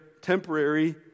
temporary